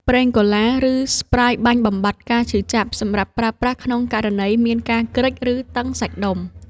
ប្រេងកូឡា ឬស្ព្រាយបាញ់បំបាត់ការឈឺចាប់ សម្រាប់ប្រើប្រាស់ក្នុងករណីមានការគ្រេច ឬតឹងសាច់ដុំ។